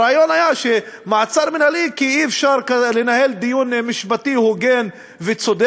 הרעיון היה שמעצר מינהלי כי אי-אפשר לנהל דיון משפטי הוגן וצודק,